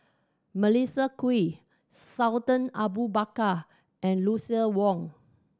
Melissa Kwee Sultan Abu Bakar and Lucien Wang